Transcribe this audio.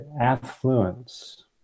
affluence